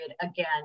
again